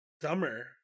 summer